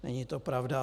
Není to pravda.